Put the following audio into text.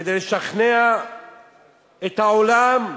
כדי לשכנע את העולם,